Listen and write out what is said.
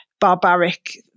barbaric